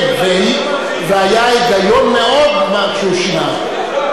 כן, והיה היגיון מאוד במה שהוא שינה.